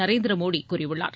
நரேந்திர மோடி கூறியுள்ளார்